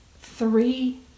three